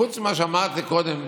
חוץ ממה שאמרתי קודם,